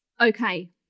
Okay